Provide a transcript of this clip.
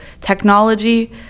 technology